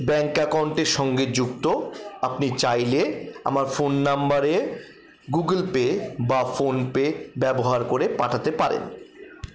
bank অ্যাকাউন্টের সঙ্গে যুক্ত আপনি চাইলে আমার ফোন নাম্বারে গুগল পে বা ফোন পে ব্যবহার করে পাঠাতে পারেন